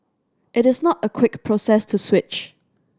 it is not a quick process to switch